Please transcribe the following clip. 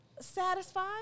satisfied